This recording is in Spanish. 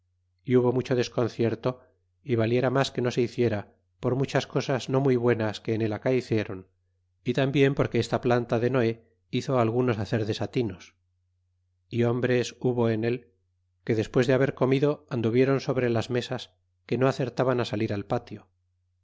y hubo mucho desconcierto y valiera mas que no se hiciera por muchas cosas no muy buenas que en él acaeciéron y tambien porque esta planta de noe hizo á algunos hacer desatinos y hombres hubo en él que despues de haber comido anduvieron sobre las mesas que no acertaban it salir al patio